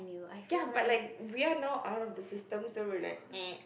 ya but we are now out of the system so we're like eh